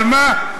אבל מה?